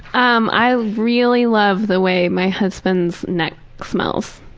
um i really love the way my husband's neck smells.